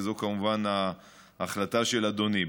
וזו כמובן ההחלטה של אדוני.